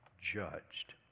judged